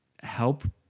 help